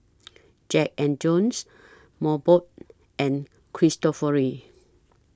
Jack and Jones Mobot and Cristofori